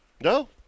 No